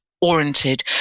oriented